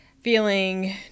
feeling